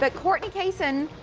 but courtney cason,